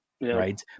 Right